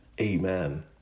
Amen